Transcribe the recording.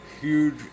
huge